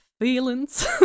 feelings